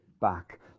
back